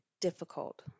difficult